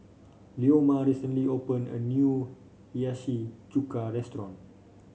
Leoma recently opened a new Hiyashi Chuka restaurant